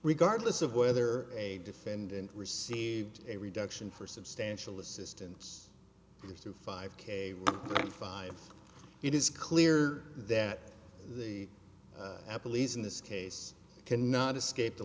regardless of whether a defendant received a reduction for substantial assistance through five k five it is clear that the police in this case cannot escape the